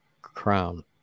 crown